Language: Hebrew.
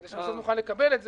כדי שנוכל לקבל את זה.